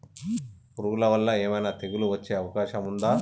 పురుగుల వల్ల ఏమైనా తెగులు వచ్చే అవకాశం ఉందా?